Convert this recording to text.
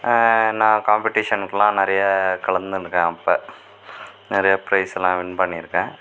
நான் காம்பெடிஷனுக்குலாம் நிறைய கலந்துனுக்கேன் அப்போ நிறைய பிரைஸுலாம் வின் பண்ணியிருக்கேன்